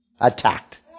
attacked